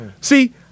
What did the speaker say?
see